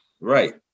right